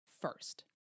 first